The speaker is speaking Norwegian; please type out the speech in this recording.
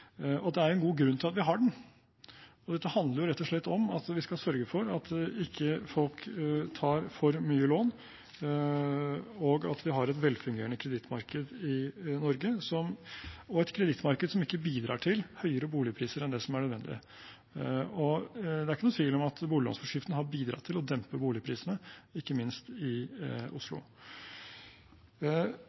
og at det er en god grunn til at vi har den. Det handler rett og slett om at vi skal sørge for at folk ikke tar opp for mye lån, og at vi har et velfungerende kredittmarked i Norge, og et kredittmarked som ikke bidrar til høyere boligpriser enn nødvendig. Det er ikke noen tvil om at boliglånsforskriften har bidratt til å dempe boligprisene, ikke minst i Oslo.